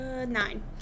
Nine